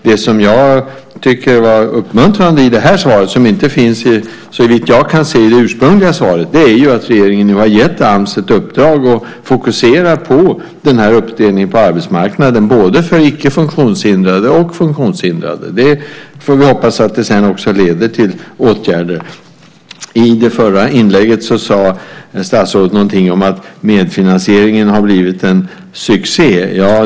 Det som var uppmuntrande i det här svaret, och som såvitt jag kan se inte finns i det ursprungliga svaret, är att regeringen nu har gett Ams ett uppdrag att fokusera på uppdelningen på arbetsmarknaden för både icke-funktionshindrade och funktionshindrade. Vi får hoppas att det sedan också leder till åtgärder. I det förra inlägget sade statsrådet att medfinansieringen har blivit en succé.